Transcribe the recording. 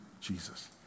Jesus